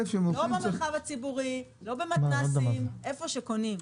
לא במרחב הציבורי, לא במתנ"סים במקום שקונים.